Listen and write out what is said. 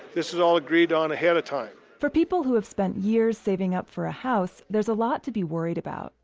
this is all agreed on ahead of time for people who have spent years saving up for a house, there's a lot to be worried about.